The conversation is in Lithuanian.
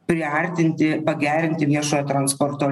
priartinti pagerinti viešojo transporto